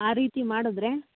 ಆ ರೀತಿ ಮಾಡಿದ್ರೆ